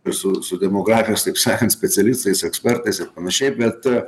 ir su su demografijos taip sakant specialistais ekspertais ir panašiai bet